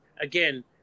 again